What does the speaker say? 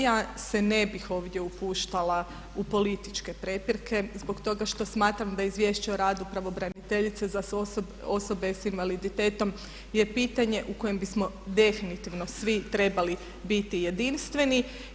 Ja se ne bih ovdje upuštala u političke prepirke zbog toga što smatram da izvješće o radu pravobraniteljice za osobe sa invaliditetom je pitanje u kojem bismo definitivno svi trebali biti jedinstveni.